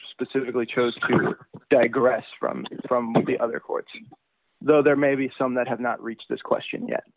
specifically chose to digress from the other court though there may be some that have not reached this question yet